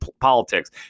politics